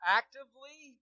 actively